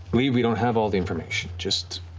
leave, we don't have all the information. just